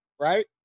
right